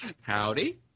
Howdy